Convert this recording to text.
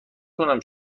کنیم